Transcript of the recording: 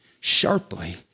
sharply